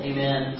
Amen